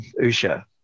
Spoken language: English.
Usha